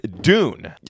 Dune